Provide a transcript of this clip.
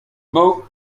mot